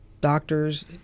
doctors